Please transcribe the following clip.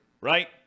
right